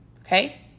Okay